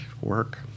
work